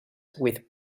with